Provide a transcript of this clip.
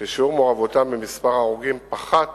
ששיעור מעורבותם במספר ההרוגים פחת